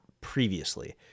previously